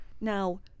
Now